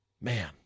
Man